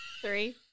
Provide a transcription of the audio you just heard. three